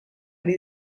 ari